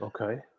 Okay